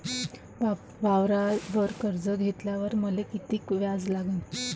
वावरावर कर्ज घेतल्यावर मले कितीक व्याज लागन?